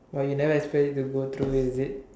but you never expect it to go through is it